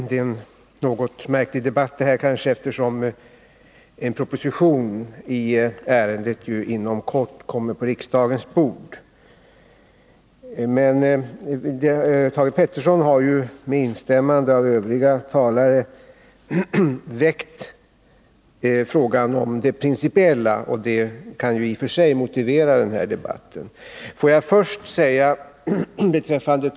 Herr talman! Denna debatt är kanske något märklig, eftersom det inom kort kommer en proposition i ärendet på riksdagens bord. Men det förhållandet att Thage Peterson, med instämmande av övriga talare, väckt den principiella frågan i detta sammanhang kan i sig motivera debatten.